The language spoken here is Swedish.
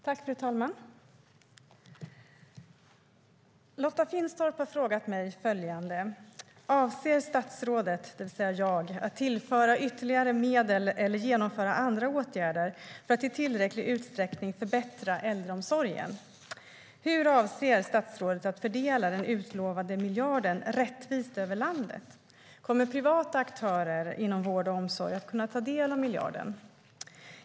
Fru talman! Lotta Finstorp har frågat mig följande: Avser statsrådet, det vill säga jag, att tillföra ytterligare medel eller genomföra andra åtgärder för att i tillräcklig utsträckning förbättra äldreomsorgen? Hur avser statsrådet att fördela den utlovade miljarden rättvist över landet? Kommer privata aktörer inom vård och omsorg att kunna ta del av miljarden?